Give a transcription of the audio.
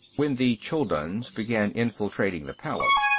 when the chulduns began infiltrating the palace,